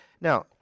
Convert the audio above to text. Now